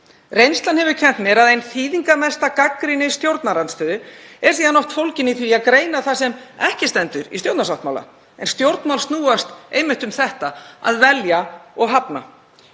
Reynslan hefur kennt mér að ein þýðingarmesta gagnrýni stjórnarandstöðu er oft fólgin í því að greina það sem ekki stendur í stjórnarsáttmála. Stjórnmál snúast einmitt um þetta; að velja og hafna.